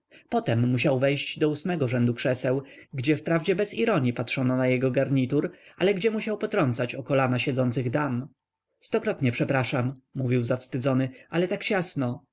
potem musiał wejść do ósmego rzędu krzeseł gdzie wprawdzie bez ironii patrzono na jego garnitur ale gdzie musiał potrącać o kolana siedzących dam stokrotnie przepraszam mówił zawstydzony ale tak ciasno